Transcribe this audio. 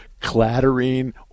Clattering